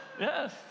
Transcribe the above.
Yes